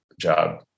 job